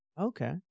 Okay